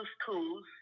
schools